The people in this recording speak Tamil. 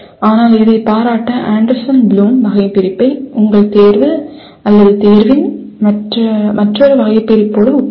ஆனால் அதைப் பாராட்ட ஆண்டர்சன் ப்ளூம் வகைபிரிப்பை உங்கள் தேர்வு தேர்வின் மற்றொரு வகைபிரிப்போடு ஒப்பிடுங்கள்